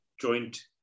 joint